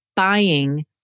buying